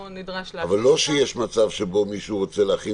אבל לא שיש מצב שבו מישהו רוצה להכין